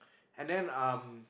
and then um